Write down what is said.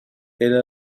إلى